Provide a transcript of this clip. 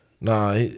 nah